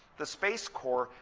the space corps.